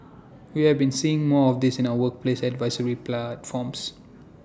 we have been seeing more of this in our workplace advisory platforms